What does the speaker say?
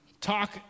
talk